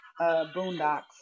boondocks